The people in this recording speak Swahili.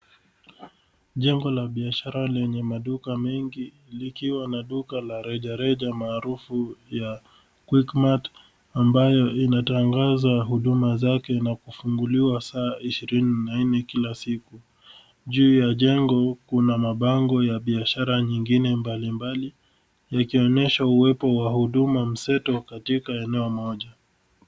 Jengo la biashara lenye maduka mengi likiwa na duka la rejareja maarufu ya quickmart ambayo inatangaza huduma zake na kufunguliwa saa ishirini na nne kila siku. Juu ya jengo kuna mabango ya biashara nyingine mbalimbali, yakionyesha uwepo wa huduma mseto katika eneo moja.